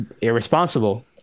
irresponsible